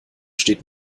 steht